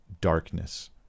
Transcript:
Darkness